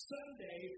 Sunday